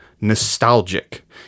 nostalgic